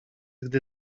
gdy